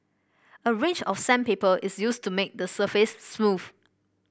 a range of sandpaper is used to make the surface smooth